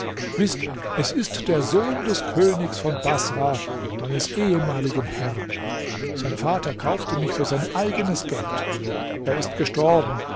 es ist der sohn des königs von baßrah meines ehemaligen herrn sein vater kaufte mich für sein eigenes geld er ist gestorben